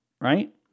Right